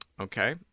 Okay